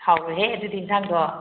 ꯍꯥꯎꯔꯣꯏꯍꯦ ꯑꯗꯨꯗꯤ ꯏꯟꯁꯥꯡꯗꯣ